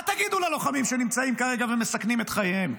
מה תגידו ללוחמים שנמצאים כרגע ומסכנים את חייהם?